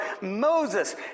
Moses